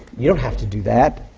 you don't have to do that!